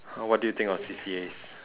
!huh! what do you think of C_C_As